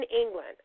England